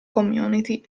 community